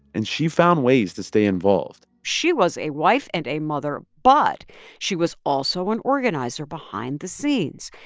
and she found ways to stay involved she was a wife and a mother, but she was also an organizer behind the scenes.